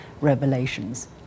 revelations